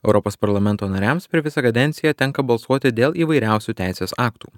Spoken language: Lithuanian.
europos parlamento nariams per visą kadenciją tenka balsuoti dėl įvairiausių teisės aktų